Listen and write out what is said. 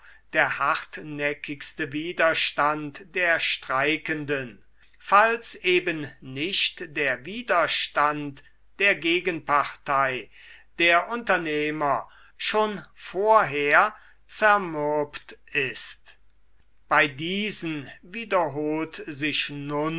der hartnäckigste widerstand der streikenden falls eben nicht der widerstand der gegenpartei der unternehmer schon vorher zermürbt ist bei diesen wiederholt sich